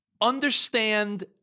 Understand